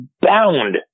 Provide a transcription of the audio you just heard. bound